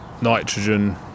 nitrogen